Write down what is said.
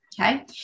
Okay